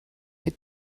mit